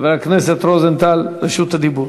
חבר הכנסת רוזנטל, רשות הדיבור.